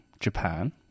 Japan